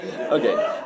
Okay